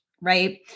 right